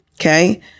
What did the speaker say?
Okay